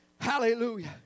hallelujah